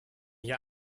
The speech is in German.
hier